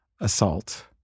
assault